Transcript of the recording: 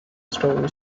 story